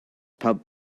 pub